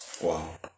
Wow